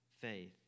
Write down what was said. faith